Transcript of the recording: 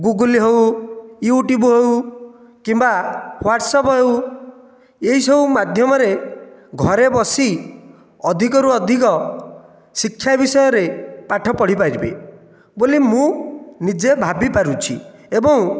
Google ହେଉ YouTube ହେଉ କିମ୍ବା ୱାଟସଆପ ହେଉ ଏହିସବୁ ମାଧ୍ୟମରେ ଘରେ ବସି ଅଧିକରୁ ଅଧିକ ଶିକ୍ଷା ବିଷୟରେ ପାଠ ପଢ଼ିପାରିବେ ବୋଲି ମୁଁ ନିଜେ ଭାବିପାରୁଛି ଏବଂ